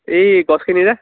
এই গছখিনি যে